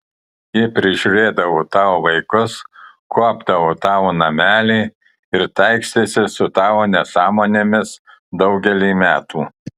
ji prižiūrėdavo tavo vaikus kuopdavo tavo namelį ir taikstėsi su tavo nesąmonėmis daugelį metų